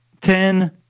ten